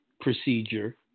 procedure